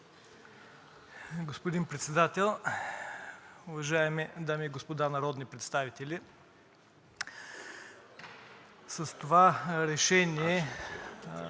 Господин Председател, уважаеми дами и господа народни представители! С това решение